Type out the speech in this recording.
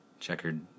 checkered